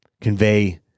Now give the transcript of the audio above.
convey